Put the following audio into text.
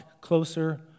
closer